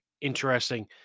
interesting